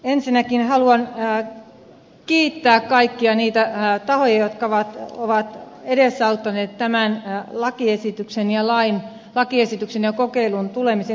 ensinnäkin haluan kiittää kaikkia niitä tahoja jotka ovat edesauttaneet tämän lakiesityksen ja kokeilun tulemista eduskuntaan